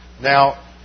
Now